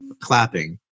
clapping